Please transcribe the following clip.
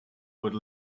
would